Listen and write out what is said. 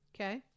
Okay